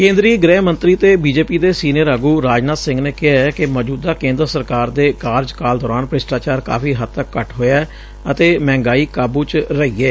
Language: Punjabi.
ਕੇ ਂਦਰੀ ਗ੍ਰਹਿ ਮੰਤਰੀ ਤੇ ਬੀਜੇਪੀ ਦੇ ਸੀਨੀਅਰ ਆਗੂ ਰਾਜਨਾਥ ਸਿੰਘ ਨੇ ਕਿਹੈ ਕਿ ਮੌਜੂਦਾ ਕੇ ਂਦਰ ਸਰਕਾਰ ਦੇ ਕਾਰਜਕਾਲ ਦੌਰਾਨ ਭ੍ਸ਼ਟਾਚਾਰ ਕਾਫ਼ੀ ਹੱਦ ਤੱਕ ਘੱਟ ਹੋਇਆ ਏ ਅਤੇ ਮਹਿੰਗਾਈ ਕਾਬੂ ਚ ਰਹੀ ਏ